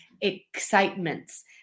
excitements